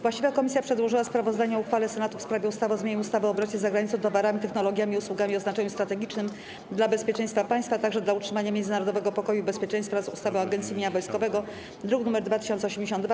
Właściwa komisja przedłożyła sprawozdanie o uchwale Senatu w sprawie ustawy o zmianie ustawy o obrocie z zagranicą towarami, technologiami i usługami o znaczeniu strategicznym dla bezpieczeństwa państwa, a także dla utrzymania międzynarodowego pokoju i bezpieczeństwa oraz ustawy o Agencji Mienia Wojskowego, druk nr 2082.